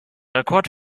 rekord